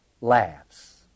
laughs